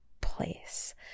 place